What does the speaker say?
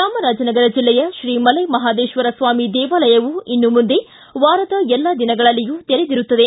ಚಾಮರಾಜನಗರ ಜಲ್ಲೆಯ ಶ್ರೀ ಮಲೈ ಮಹದೇಶ್ವರ ಸ್ವಾಮಿ ದೇವಾಲಯವು ಇನ್ನು ಮುಂದೆ ವಾರದ ಎಲ್ಲಾ ದಿನಗಳಲ್ಲಿಯೂ ತೆರೆದಿರುತ್ತದೆ